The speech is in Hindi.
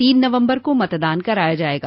तीन नवम्बर को मतदान कराया जायेगा